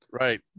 Right